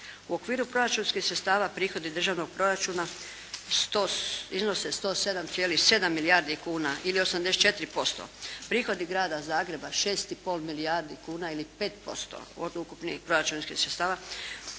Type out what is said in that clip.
U okviru proračunskih sredstava prihodi državnog proračuna 100, iznose 107,7 milijardi kuna. Ili 84%. Prihodi Grada Zagreba 6 i pol milijardi kuna ili 5% od ukupnih proračunskih sredstava